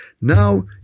now